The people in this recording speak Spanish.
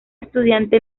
estudiante